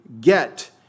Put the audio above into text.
get